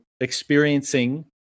experiencing